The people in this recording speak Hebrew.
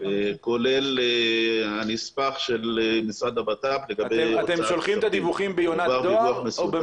כולל הנספח של המשרד לביטחון פנים.